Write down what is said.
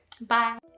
Bye